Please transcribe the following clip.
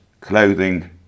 clothing